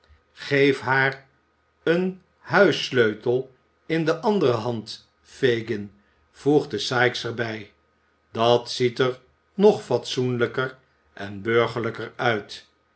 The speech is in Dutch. geef haar een huisdeursleutel in de andere hand fagin voegde sikes er bij dat ziet er nog fatsoenlijker en burgerlijker uit